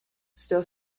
still